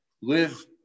live